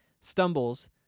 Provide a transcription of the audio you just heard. stumbles